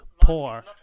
poor